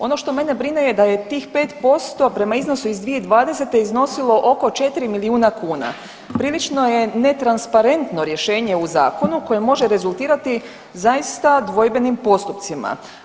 Ono što mene brine je da je tih 5% prema iznosu iz 2020. iznosilo oko 4 milijuna kuna, prilično je ne transparentno rješenje u zakonu koje može rezultirati zaista dvojbenim postupcima.